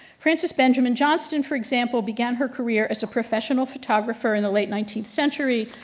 frances benjamin johnston, for example, began her career as a professional photographer in the late nineteenth century.